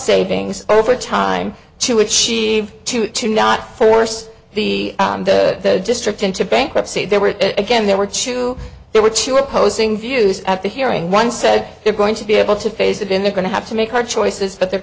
savings over time to achieve to to not force the the district into bankruptcy there were again there were two there were two opposing views at the hearing one said they're going to be able to phase it in they're going to have to make hard choices that they're